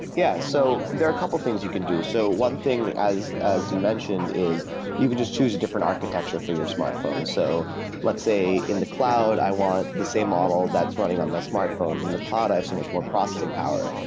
yeah. so there are a couple things you can do. so one thing, as as you mentioned, is you can just choose a different architecture for your smartphone. so let's say in the cloud, i want the same model that's running on my smartphone, but in the cloud i have so much more processing power.